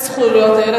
זכויות הילד.